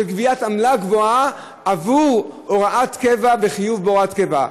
גביית עמלה גבוהה עבור הוראת קבע בחיוב בהוראת קבע.